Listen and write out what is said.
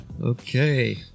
Okay